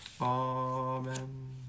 Amen